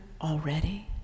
already